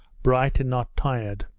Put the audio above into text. bright and not tired,